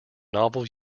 novel